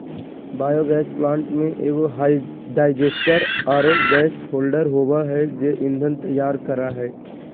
biogas plant में एगो digester आरो गैस होल्डर होबा है जे ईंधन तैयार करा हइ